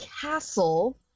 castle